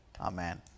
Amen